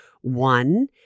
One